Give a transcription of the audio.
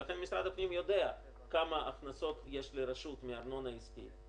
ולכן משרד הפנים יודע כמה הכנסות יש לרשות מארנונה עסקית,